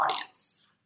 audience